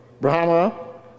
brahma